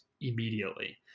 immediately